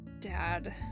dad